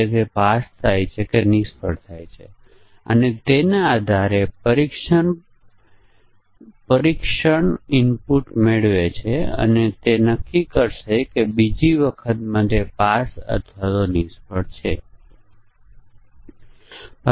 તેથી આપણે ઇનપુટ શરતોના આધારે અહીં નિર્ણય કોષ્ટક બનાવી શકીએ છીએ કે ખરીદીની રકમ 2000 કરતા ઓછી છે અથવા તે 2000 અને વધારે છે